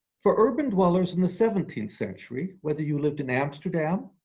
for urban dwellers in the seventeenth century, whether you lived in amsterdam,